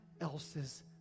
else's